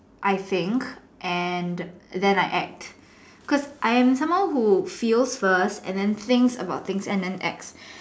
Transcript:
I think and then I act because I am someone who feels first and then think about things and then act